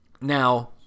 Now